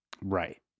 Right